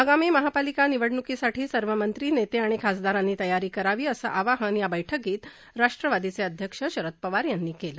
आगामी महापालिका निवडण्कीसाठी सर्व मंत्री नेते आणि खासदारांनी तयारी करावी असं आवाहन बैठकीत अध्यक्ष शरद पवार यांनी केलं